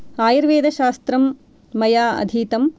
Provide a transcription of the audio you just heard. आयुर्वेदशास्त्रं मया अधीतं